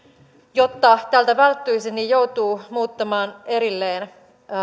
jotta tältä välttyisi joutuu muuttamaan erilleen